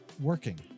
working